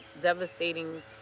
devastating